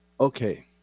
Okay